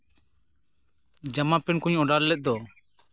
ᱡᱟᱢᱟ ᱯᱮᱱᱴ ᱠᱩᱧ ᱚᱰᱟᱨ ᱞᱮᱫ ᱫᱚ